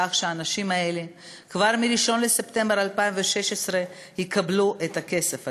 כך שהאנשים האלה כבר מ-1 בספטמבר 2016 יקבלו את הכסף הזה.